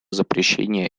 запрещения